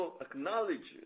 acknowledges